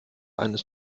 eines